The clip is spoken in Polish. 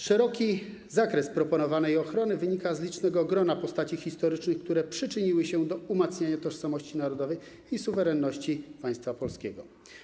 Szeroki zakres proponowanej ochrony wynika z licznego grona postaci historycznych, które przyczyniły się do umacniania tożsamości narodowej i suwerenności państwa polskiego.